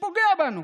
שפוגע בנו.